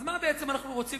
אז מה בעצם אנחנו רוצים